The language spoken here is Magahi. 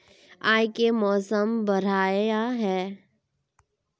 आय के मौसम बढ़िया है?